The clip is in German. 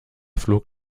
flog